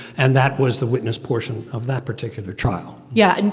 and that was the witness portion of that particular trial yeah.